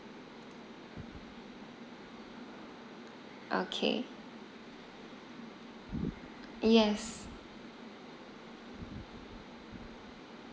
okay yes